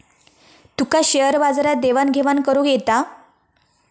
तुका share बाजारात देवाण घेवाण करुक येता?